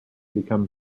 become